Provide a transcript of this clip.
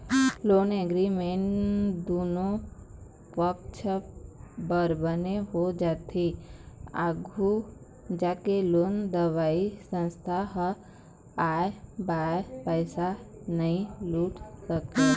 loan agreement दुनो पक्छ बर बने हो जाथे आघू जाके लोन देवइया संस्था ह आंय बांय पइसा नइ लूट सकय